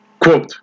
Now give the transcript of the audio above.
quote